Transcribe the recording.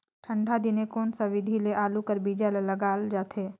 ठंडा दिने कोन सा विधि ले आलू कर बीजा ल लगाल जाथे?